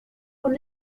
von